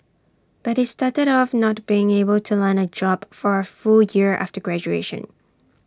but he started off not being able to land A job for A full year after graduation